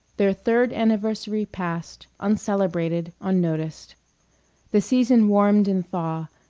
their third anniversary passed, uncelebrated, unnoticed. the season warmed in thaw,